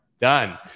done